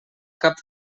cap